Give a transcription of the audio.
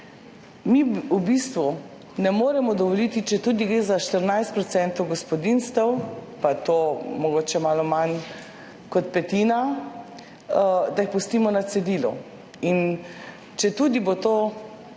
si v bistvu ne moremo dovoliti, četudi gre za 14 % gospodinjstev, pa je to mogoče malo manj kot petina, da jih pustimo na cedilu. Četudi bo to